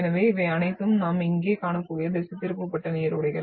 எனவே இவை அனைத்தும் நாம் இங்கே காணக்கூடிய திசைதிருப்பப்பட்ட நீரோடைகள்